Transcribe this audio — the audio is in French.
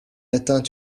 atteint